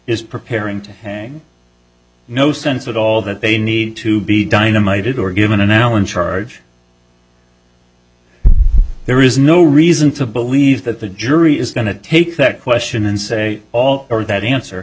is preparing to hang no sense at all that they need to be dynamited or given an allen charge there is no reason to believe that the jury is going to take that question and say all or that answer